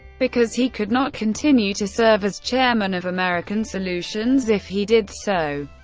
because he could not continue to serve as chairman of american solutions if he did so.